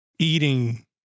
eating